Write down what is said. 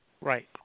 Right